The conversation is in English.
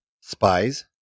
Spies